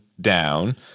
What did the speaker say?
down